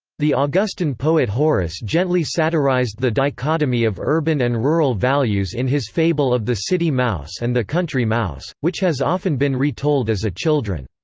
the ah augustan poet horace gently satirized the dichotomy of urban and rural values in his fable of the city mouse and the country mouse, which has often been retold as a children's